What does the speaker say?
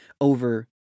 over